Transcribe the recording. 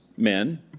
Men